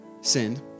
sinned